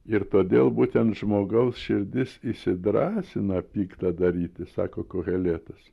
ir todėl būtent žmogaus širdis įsidrąsina pikta daryti sako ko heletas